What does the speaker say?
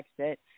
exit